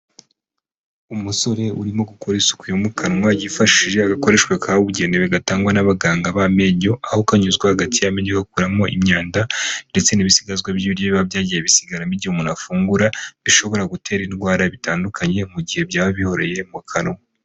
Umusore urimo gukora isuku yo mu kanwa yifashishije agakoreshwa kabugenewe gatangwa n'abaganga b'amenyo, aho kanyuzwa hagati yamenyo, gakuramo imyanda ndetse n'ibisigazwa by'ibibiribwa byagiye bisigaramo igihe umuntu afungura, bishobora gutera indwara bitandukanye mu gihe byaba bihoreye mu kanwa.